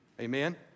Amen